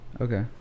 Okay